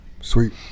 Sweet